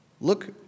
look